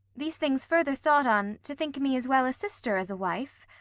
these things further thought on, to think me as well a sister as a wife,